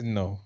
no